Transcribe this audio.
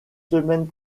semaines